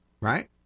right